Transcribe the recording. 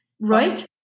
Right